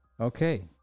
okay